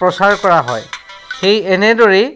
প্ৰচাৰ কৰা হয় সেই এনেদৰেই